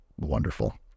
wonderful